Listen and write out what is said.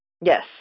Yes